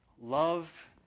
Love